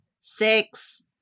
Six